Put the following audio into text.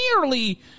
nearly